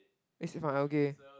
this is from algae